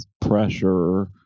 pressure